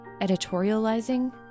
editorializing